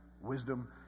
wisdom